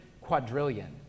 quadrillion